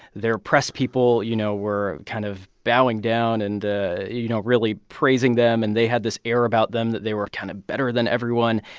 their press people, you know, were kind of bowing down and, you know, really praising them. and they had this air about them that they were kind of better than everyone.